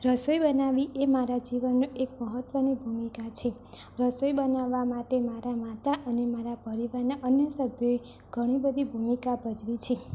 રસોઈ બનાવવી એ મારા જીવનની એક મહત્ત્વની ભૂમિકા છે રસોઈ બનાવવા માટે મારા માતા અને મારા પરિવારના અન્ય સભ્યોએ ઘણી બધી ભૂમિકા ભજવી છે